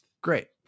Great